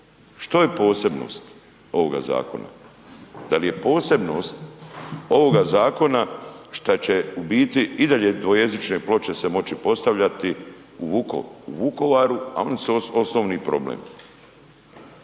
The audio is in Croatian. što je posebnost ovoga zakona? Da li je posebnost ovoga zakona šta će u biti i dalje dvojezične ploče se moći postavljati u Vukovaru, a oni su osnovni problem?